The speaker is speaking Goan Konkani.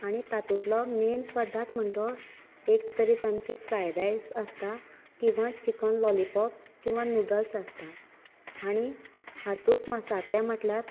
आनी तातूंतलो मेन पदार्थ म्हणटा तो एक तरी तांचे फ्रायड रायस आसता किंवां चिकन लॉलिपॉप किंवां नुडल्स आसतात आनी हातूंत मसाले म्हटल्यार